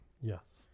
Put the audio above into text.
Yes